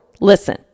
Listen